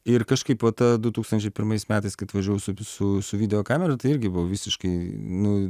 ir kažkaip vat du tūkstančiai pirmais metais kai atvažiavau su visu su videokamera tai irgi buvo visiškai nu